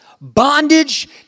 Bondage